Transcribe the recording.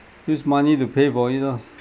use money to pay for it you know